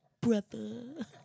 brother